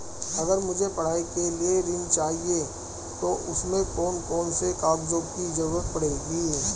अगर मुझे पढ़ाई के लिए ऋण चाहिए तो उसमें कौन कौन से कागजों की जरूरत पड़ेगी?